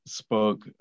spoke